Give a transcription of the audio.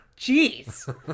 Jeez